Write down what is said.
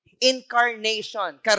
Incarnation